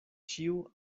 ĉiu